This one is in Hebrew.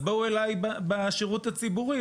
אז בואו אליי בשירות הציבורי,